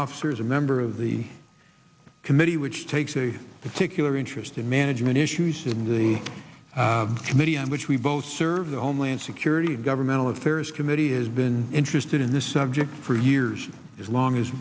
officer is a member of the committee which takes a particular interest in management issues in the committee on which we both serve the homeland security governmental affairs committee has been interested in this subject for years as long as